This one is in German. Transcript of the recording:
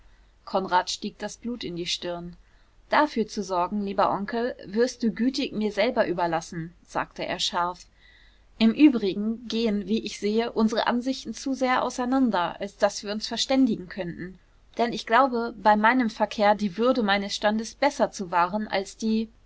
konrad stieg das blut in die stirn dafür zu sorgen lieber onkel wirst du gütig mir selber überlassen sagte er scharf im übrigen gehen wie ich sehe unsere ansichten zu sehr auseinander als daß wir uns verständigen könnten denn ich glaube bei meinem verkehr die würde meines standes besser zu wahren als die